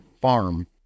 farm